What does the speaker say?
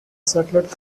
satellite